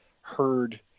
heard